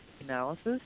analysis